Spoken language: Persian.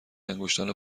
انگشتان